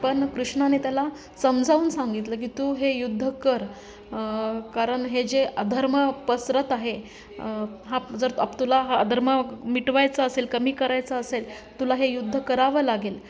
पण कृष्णाने त्याला समजावून सांगितलं की तू हे युद्ध कर कारण हे जे अधर्म पसरत आहे हा जर तुला हा अधर्म मिटवायचा असेल कमी करायचा असेल तुला हे युद्ध करावं लागेल